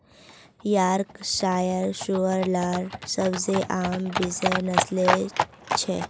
Yorkshire सूअर लार सबसे आम विषय नस्लें छ